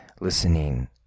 listening